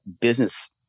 business